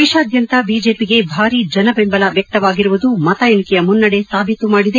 ದೇತಾದ್ಯಂತ ಬಿಜೆಪಿಗೆ ಭಾರಿ ಜನಬೆಂಬಲ ವ್ಯಕ್ತವಾಗಿರುವುದು ಮತ ಎಣಿಕೆಯ ಮುನ್ನಡೆ ಸಾಬೀತು ಮಾಡಿದೆ